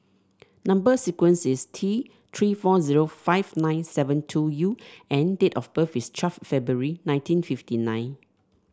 number sequence is T Three four zero five nine seven two U and date of birth is twelfth February nineteen fifty nine